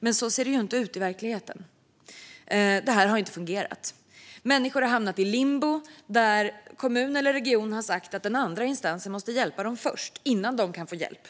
men så ser det inte ut i verkligheten. Detta har inte fungerat. Människor har hamnat i limbo - kommunen eller regionen har sagt att den andra instansen måste hjälpa dem innan de kan få hjälp.